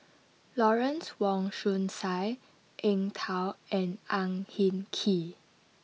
Lawrence Wong Shyun Tsai Eng Tow and Ang Hin Kee